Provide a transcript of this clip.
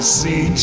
see